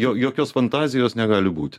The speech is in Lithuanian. jo jokios fantazijos negali būti